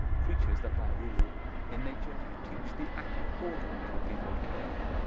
creatures that by a rule in nature teach the act of order to a peopled kingdome.